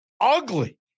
ugly